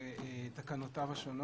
ותקנותיו השונות.